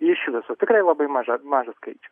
iš viso tikrai labai maža mažas skaičius